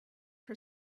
for